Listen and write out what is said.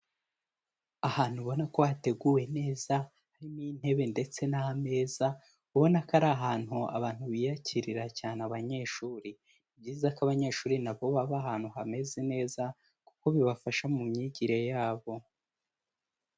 Ahantu ubona ko hateguwe neza harimo intebe ndetse n'ameza, ubona ko ari ahantu abantu biyakirira cyane abanyeshuri, ni byiza ko abanyeshuri nabo baba ahantu hameze neza kuko bibafasha mu myigire yabo.